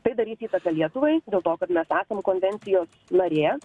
tai darys įtaką lietuvai dėl to kad mes esam konvencijos narė